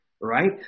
right